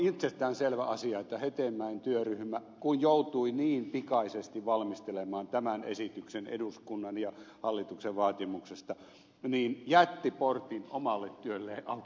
on itsestäänselvä asia että hetemäen työryhmä kun se joutui niin pikaisesti valmistelemaan tämän esityksen eduskunnan ja hallituksen vaatimuksesta jätti portin omalle työlleen auki